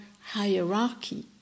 hierarchy